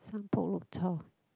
some